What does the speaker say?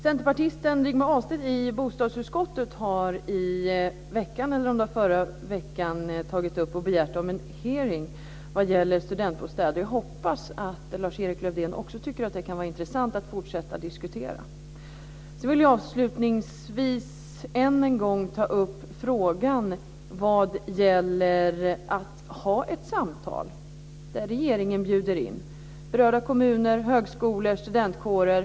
Centerpartisten Rigmor Ahlstedt i bostadsutskottet har i veckan, eller om det var förra veckan, begärt en hearing om studentbostäder. Jag hoppas att Lars Erik Lövdén också tycker att det kan vara intressant att fortsätta diskutera. Sedan vill jag avslutningsvis än en gång ta upp frågan om ett samtal där regeringen bjuder in berörda kommuner, högskolor och studentkårer.